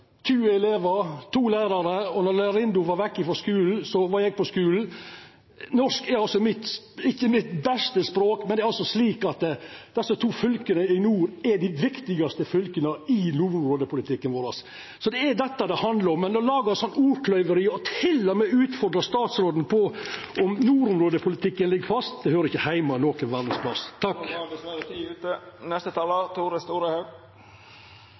elevar, to lærarar, og når lærarinna var vekk frå skulen, så var eg på skulen. Norsk er altså ikkje mitt beste fag, men det er altså slik at desse to fylka i nord er dei viktigaste fylka i nordområdepolitikken vår. Det er dette det handlar om. Men å laga ordkløyveri og til og med utfordra statsråden på om nordområdepolitikken ligg fast, det høyrer ikkje heime nokon plass.